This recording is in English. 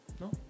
no